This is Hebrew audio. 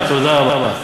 תודה רבה.